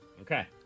Okay